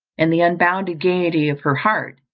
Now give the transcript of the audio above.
in the unbounded gaiety of her heart,